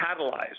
catalyze